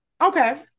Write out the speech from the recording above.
okay